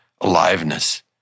aliveness